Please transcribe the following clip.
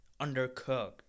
undercooked